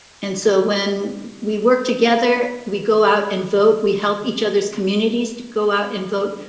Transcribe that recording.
and so when we work together, we go out and vote, we help each other's communities to go out and vote,